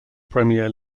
premier